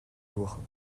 jours